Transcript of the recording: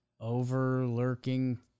over-lurking